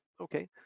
Okay